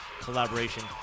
collaboration